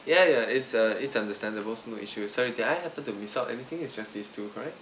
ya ya it's uh it's understandable not an issue so did I happen to miss out anything is just these two correct